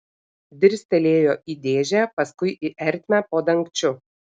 dirstelėjo į dėžę paskui į ertmę po dangčiu